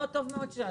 לא, טוב מאוד ששאלת.